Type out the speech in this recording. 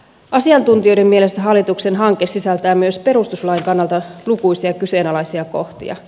asiantuntijoiden mielestä hallituksen hanke sisältää myös perustuslain kannalta lukuisia kyseenalaisia kohtia